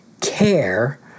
care